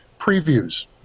previews